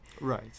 Right